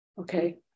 Okay